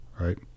Right